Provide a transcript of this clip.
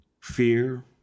Fear